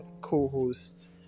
co-host